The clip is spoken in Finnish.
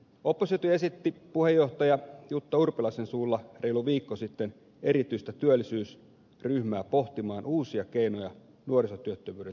oppositio esitti puheenjohtaja jutta urpilaisen suulla reilu viikko sitten erityistä työllisyysryhmää pohtimaan uusia keinoja nuorisotyöttömyyden torjumiseksi